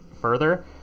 further